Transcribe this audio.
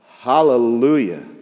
Hallelujah